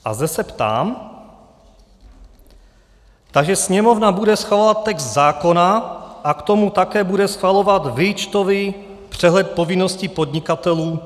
A zde se ptám: Takže Sněmovna bude schvalovat text zákona a k tomu také bude schvalovat výčtový přehled povinností podnikatelů?